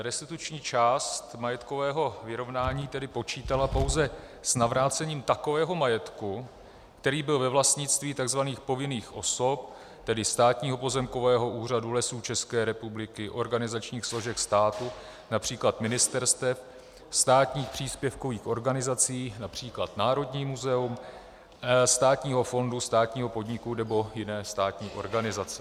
Restituční část majetkového vyrovnání tedy počítala pouze s navrácením takového majetku, který byl ve vlastnictví tzv. povinných osob, tedy Státního pozemkového úřadu, Lesů České republiky, organizačních složek státu, např. ministerstev, státních příspěvkových organizací, např. Národní muzeum, státního fondu, státního podniku nebo jiné státní organizace.